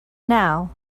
now